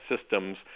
systems